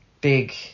big